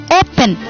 open